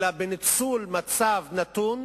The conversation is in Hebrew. אלא בניצול מצב נתון